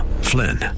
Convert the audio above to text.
Flynn